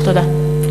תודה.